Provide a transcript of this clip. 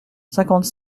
cinquante